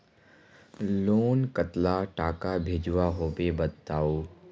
Loan कतला टाका भेजुआ होबे बताउ?